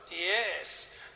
Yes